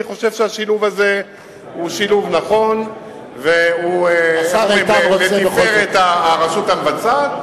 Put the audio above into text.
אני חושב שהשילוב הזה שילוב נכון והוא לתפארת הרשות המבצעת,